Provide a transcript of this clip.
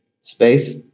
space